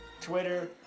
Twitter